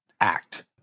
act